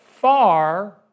far